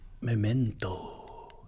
Memento